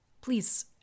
Please